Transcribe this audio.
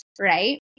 right